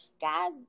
Guys